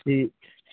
ਠੀਕ